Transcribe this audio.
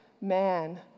Man